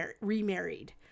remarried